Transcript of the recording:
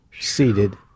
seated